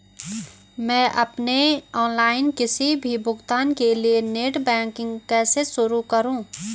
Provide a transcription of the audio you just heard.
मैं अपने ऑनलाइन किसी भी भुगतान के लिए नेट बैंकिंग कैसे शुरु करूँ?